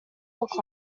look